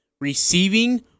Receiving